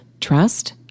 trust